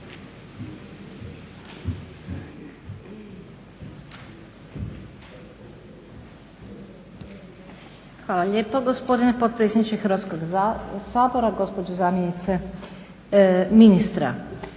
Hvala lijepo gospodine potpredsjedniče Hrvatskog sabora, gospođo zamjenice ministra.